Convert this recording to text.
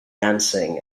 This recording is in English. dancing